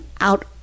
out